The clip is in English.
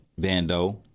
Vando